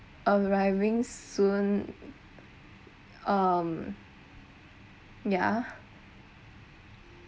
arriving soon um ya